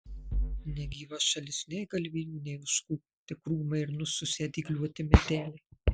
negyva šalis nei galvijų nei ožkų tik krūmai ir nususę dygliuoti medeliai